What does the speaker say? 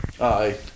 aye